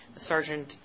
Sergeant